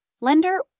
lender